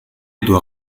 doit